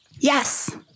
Yes